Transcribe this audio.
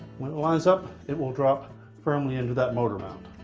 when it lines up, it will drop firmly into that motor mount